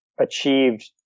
achieved